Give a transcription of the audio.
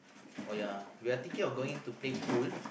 or ya we are thinking of going to play pool